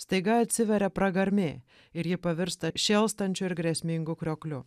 staiga atsiveria pragarmė ir ji pavirsta šėlstančiu ir grėsmingu kriokliu